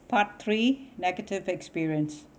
part three negative experience